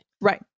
Right